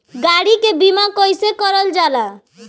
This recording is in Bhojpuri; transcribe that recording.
गाड़ी के बीमा कईसे करल जाला?